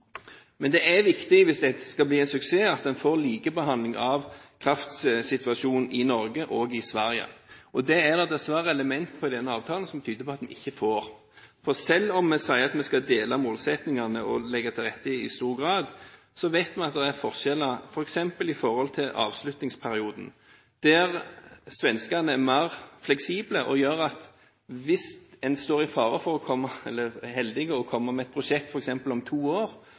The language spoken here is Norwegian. Men det er viktig, hvis dette skal bli en suksess, at en får en likebehandling av kraftsituasjonen i Norge og i Sverige. Det er det dessverre elementer i denne avtalen som tyder på at vi ikke får. Selv om vi sier at vi skal dele målsettingene og legge til rette i stor grad, vet vi at det er forskjeller. Når det f.eks. gjelder avslutningsperioden, er svenskene mer fleksible. Hvis en er heldig og kommer med et prosjekt om f.eks. to år,